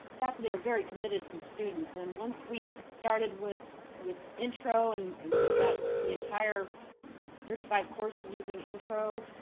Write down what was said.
faculty are very committed to students and once we started with with intro and and we got the entire and thirty five courses using intro,